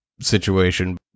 situation